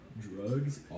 drugs